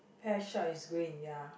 pet shop is green ya